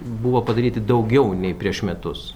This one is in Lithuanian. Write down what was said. buvo padaryti daugiau nei prieš metus